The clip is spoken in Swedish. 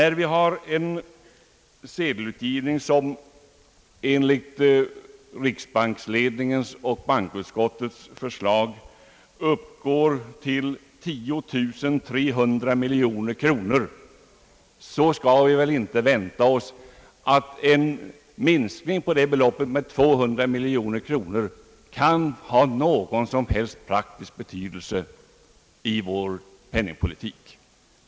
När vi har en sedelutgivningsrätt som enligt riksbankledningens och bankoutskottets förslag uppgår till 10 300 miljoner kronor, är det väl inte att vänta att en minskning av detta belopp med 200 miljoner kronor kan ha någon som helst praktisk betydelse i vår penningpolitik.